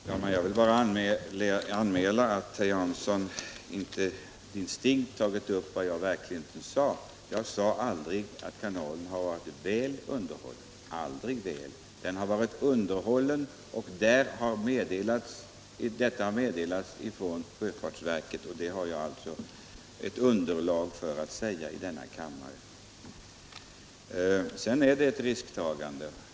Herr talman! Jag vill bara anmäla att herr Jansson inte distinkt återgav vad jag verkligen sade. Jag påstod aldrig att kanalen har varit ”väl” underhållen, bara att den varit underhållen. Detta meddelades av sjöfartsverket. Jag har alltså ett underlag för mitt uttalande i denna kammare. Det innebär ett risktagande.